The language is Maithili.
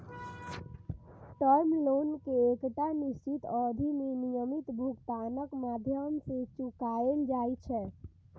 टर्म लोन कें एकटा निश्चित अवधि मे नियमित भुगतानक माध्यम सं चुकाएल जाइ छै